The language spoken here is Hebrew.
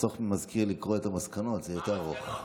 לחסוך מהמזכיר לקרוא את המסקנות, זה יותר ארוך.